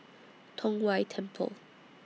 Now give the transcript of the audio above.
Tong Whye Temple